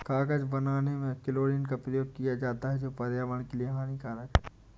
कागज बनाने में क्लोरीन का प्रयोग किया जाता है जो पर्यावरण के लिए हानिकारक है